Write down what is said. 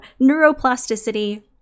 neuroplasticity